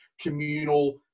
communal